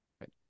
Right